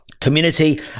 Community